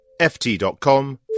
ft.com